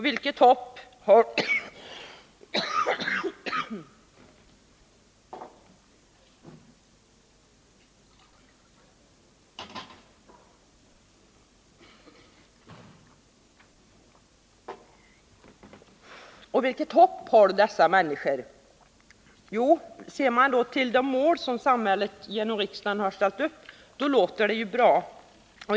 Vilket hopp har då dessa människor? Ser man till de mål som samhället genom riksdagen ställt upp låter det bra.